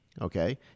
Okay